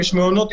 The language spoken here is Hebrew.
יש מעונות,